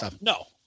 No